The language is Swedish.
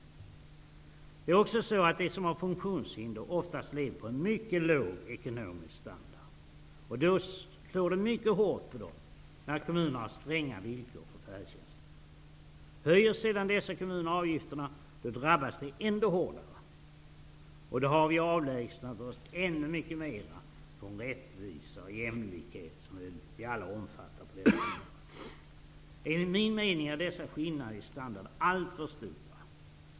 Det är också så, att de som har funktionshinder oftast har en mycket låg ekonomisk standard. Det slår mycket hårt mot dem när kommunerna har stränga villkor för färdtjänsten. Höjer sedan dessa kommuner avgifterna drabbas de här människorna ännu hårdare. Då har vi avlägsnat oss ännu mycket mera från detta med rättvisa och jämlikhet, som vi väl alla omfattar. Enligt min mening är dessa skillnader i standard alltför stora.